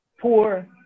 poor